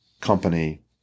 company